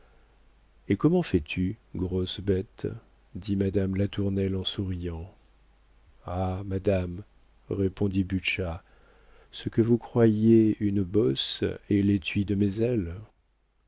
et comment fais-tu grosse bête dit madame latournelle en souriant ah madame répondit butscha ce que vous croyez une bosse est l'étui de mes ailes